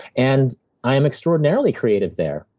and i am extraordinarily creative there,